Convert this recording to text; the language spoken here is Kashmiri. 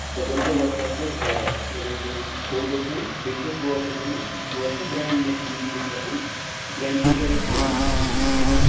بہٕ کَرو تۄہہِ وٹسَپَس پٮ۪ٹھ اَکھ کرو بہٕ تۄہہِ یِم فوٹو سٮ۪نٛڈ بیٚیہِ چھِ اَسہِ واچ اَکھ بنٲومٕژ یُس واچ چھِ نَہ برٛینٛڈ نے نیم لیکھِتھ آسان برٛینٛڈ کہِ جایہِ لٮ۪کھو أسۍ نفرٕ سُنٛد ناو ٹھیٖک چھا